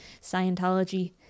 scientology